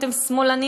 אתם שמאלנים.